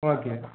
okay